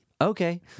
Okay